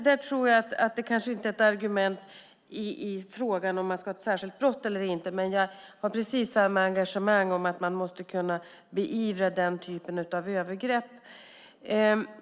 Det kanske inte är ett argument i frågan om man ska ha ett särskilt brott eller inte, men jag har precis samma engagemang för att man måste kunna beivra denna typ av övergrepp.